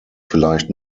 vielleicht